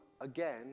again